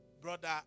Brother